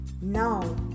Now